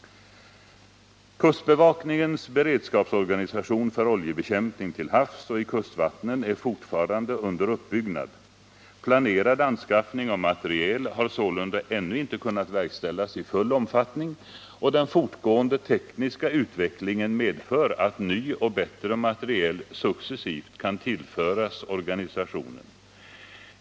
Kustbevakningens beredskapsorganisation för oljebekämpning till havs och i kustvattnen är fortfarande under uppbyggnad. Planerad anskaffning av materiel har sålunda ännu inte kunnat verkställas i full omfattning, och den fortgående tekniska utvecklingen medför att ny och bättre materiel successivt kan tillföras organisationen.